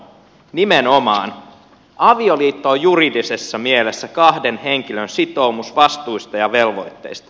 nimenomaan avioliitto on juridisessa mielessä kahden henkilön sitoumus vastuista ja velvoitteista